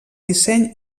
disseny